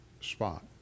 spot